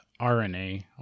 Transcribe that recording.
RNA